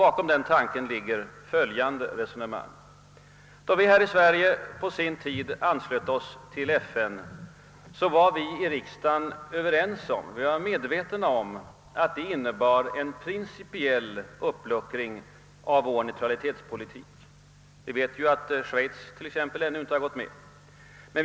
Bakom denna tanke ligger följande resonemang: När Sverige på sin tid anslöt sig till FN var vi i riksdagen överens om att det innebar en principiell uppluckring av vår neutralitetspolitik. Vi vet t.ex. att Schweiz ännu inte inträtt som medlem.